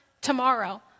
tomorrow